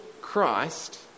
Christ